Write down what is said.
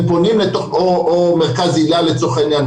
או מרכז היל"ה לצורך העניין,